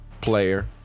player